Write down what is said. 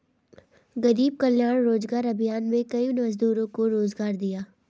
गरीब कल्याण रोजगार अभियान में कई मजदूरों को रोजगार दिया